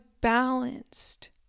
balanced